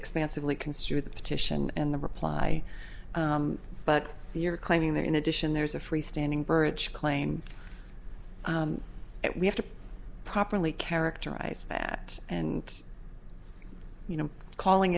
extensively construe the petition and the reply but you're claiming that in addition there's a freestanding burrage claim that we have to properly characterize that and you know calling